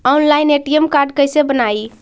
Online ATM card कैसे बनाई?